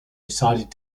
decided